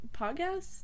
podcasts